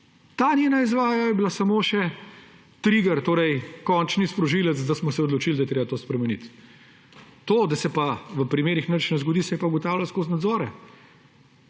ta njena izjava bila samo še triger, torej končni sprožilec, da smo se odločili, da je treba to spremeniti. To, da se pa v primerih nič ne zgodi, se je pa ugotavljalo skozi nadzore.